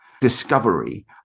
discovery